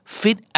fit